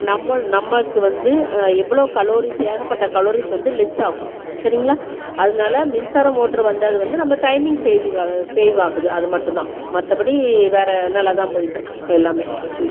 நம்மள் நமக்கு வந்து எவ்வளோ கலோரிஸ் ஏகப்பட்ட கலோரிஸ் வந்து லெஸ்ஸாகும் சரிங்களா அதனால மின்சாரம் மோட்ரு வந்தது வந்து நம்ம டைமிங் சேவிங் ஆகுது சேவாகுது அது மட்டும்தான் மற்ற படி வேறு நல்லா தான் போயிட்டுருக்குது எல்லாம்